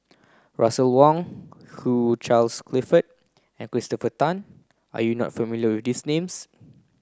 Russel Wong Hugh Charles Clifford and Christopher Tan are you not familiar with this names